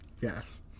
Yes